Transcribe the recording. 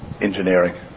engineering